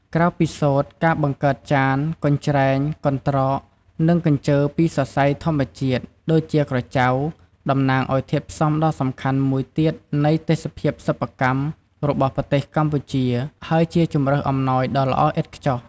ក្រៅពីសូត្រ ការបង្កើតចាន កញ្រ្ចែង កន្រ្តក និងកញ្ជើរពីសរសៃធម្មជាតិដូចជាក្រចៅ តំណាងឱ្យធាតុផ្សំដ៏សំខាន់មួយទៀតនៃទេសភាពសិប្បកម្មរបស់ប្រទេសកម្ពុជា ហើយជាជម្រើសអំណោយដ៏ល្អឥតខ្ចោះ។